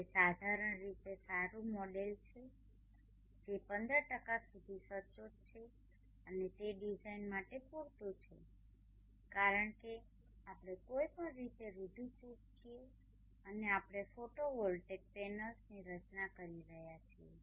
તે સાધારણ રીતે સારું મોડેલ છે જે 15 સુધી સચોટ છે અને તે ડિઝાઇન માટે પૂરતું છે કારણ કે આપણે કોઈ પણ રીતે રૂઢીચુસ્ત છીએ અને આપણે ફોટોવોલ્ટેઇક પેનલ્સની રચના કરી રહ્યા છીએ